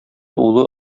улы